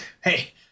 Hey